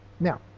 Now